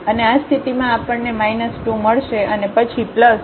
અને આ સ્થિતિમાં આપણને 2 મળશે અને પછી આ y ²